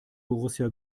borussia